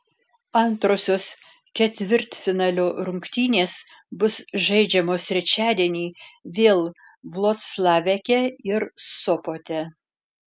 antrosios ketvirtfinalio rungtynės bus žaidžiamos trečiadienį vėl vloclaveke ir sopote